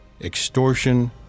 extortion